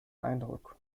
eindruck